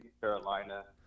Carolina